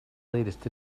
latest